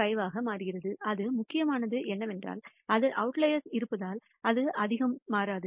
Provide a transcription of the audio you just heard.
5 ஆக மாறுகிறது அது முக்கியமானது என்னவென்றால் அது அவுட்லயர்ஸ் இருப்பதால் அது அதிகம் மாறாது